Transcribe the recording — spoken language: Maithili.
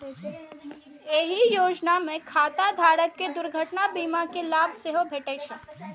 एहि योजना मे खाता धारक कें दुर्घटना बीमा के लाभ सेहो भेटै छै